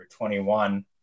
21